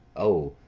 o,